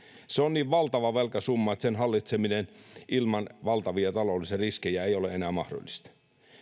se on niin valtava velkasumma että sen hallitseminen ilman valtavia taloudellisia riskejä ei ole enää mahdollista